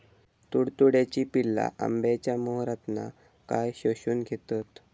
तुडतुड्याची पिल्ला आंब्याच्या मोहरातना काय शोशून घेतत?